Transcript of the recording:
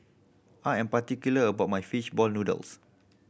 I am particular about my fish ball noodles